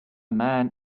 man